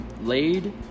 laid